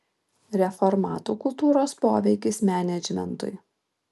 reformatų kultūros poveikis menedžmentui